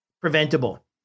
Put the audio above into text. preventable